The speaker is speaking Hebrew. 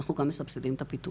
אנחנו גם מסבסדים את הפיתוח.